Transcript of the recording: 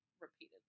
repeatedly